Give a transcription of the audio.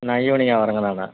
நான் ஈவினிங்கா வர்றங்க நான்